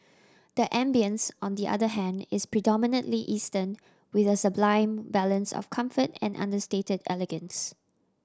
the ambience on the other hand is predominantly Eastern with a sublime balance of comfort and understated elegance